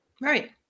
Right